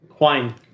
Quine